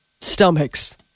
stomachs